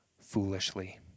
foolishly